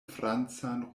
francan